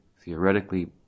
theoretically